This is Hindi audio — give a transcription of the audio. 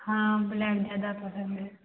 हाँ ब्लैक ज़्यादा पसंद है